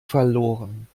verloren